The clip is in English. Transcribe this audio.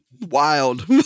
Wild